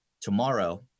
tomorrow